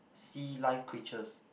sea live creatures